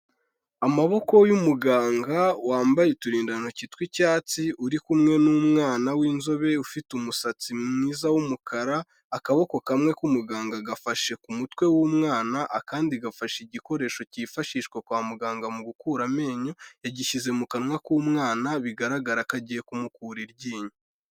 Amaboko y'umuganga wambaye uturindantoki tw'icyatsi uri kumwe n'umwana w'inzobe ufite umusatsi mwiza w'umukara, akaboko kamwe ku muganga gafashe ku mutwe w'umwana akandi gafashe igikoresho cyifashishwa kwa muganga mu gukura amenyo yagishyize mu kanwa k'umwana bigaragara ko agiye kumukura iryinyo.